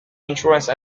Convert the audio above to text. insurance